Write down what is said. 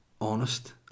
honest